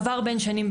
יש מעבר בין שנים,